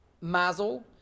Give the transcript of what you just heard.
Mazel